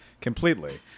Completely